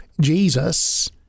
Jesus